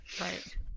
Right